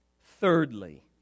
Thirdly